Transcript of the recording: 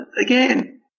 Again